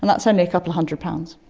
and that's only a couple of hundred pounds.